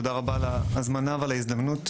תודה רבה על ההזמנה ועל ההזדמנות.